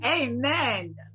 Amen